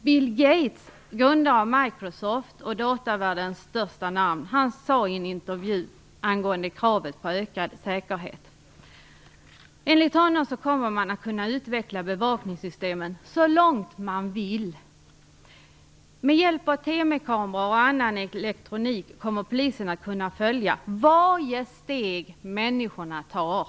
Bill Gates, grundaren av Microsoft och tillika datavärldens största namn, har i en intervju angående kravet på ökad säkerhet sagt att man kommer att kunna utveckla bevakningssystemen så långt man vill. Med hjälp av TV-kameror och annan elektronik kommer polisen att kunna följa varje steg människorna tar.